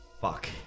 fuck